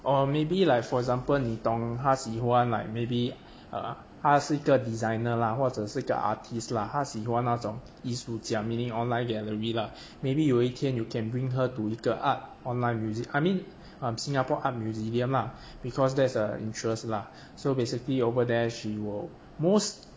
or maybe like for example 你懂她喜欢 like maybe err 她是一个 designer 啦或者是一个 artist lah 她喜欢那种艺术讲 meaning online gallery lah maybe 有一天 you can bring her to 一个 art online music I mean um singapore art museum lah because that is her interest lah so basically over there she will most